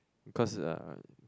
cause uh